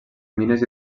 mines